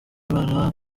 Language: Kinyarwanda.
imana